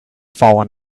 fallen